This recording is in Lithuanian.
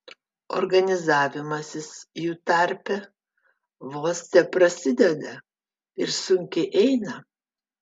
organizavimasis jų tarpe vos teprasideda ir sunkiai eina